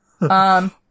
um-